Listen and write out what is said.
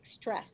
stress